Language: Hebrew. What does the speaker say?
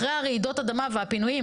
אחרי רעידות האדמה והפינויים,